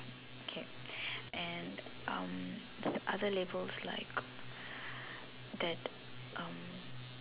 okay and um other labels like that um